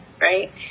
right